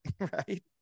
Right